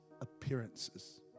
appearances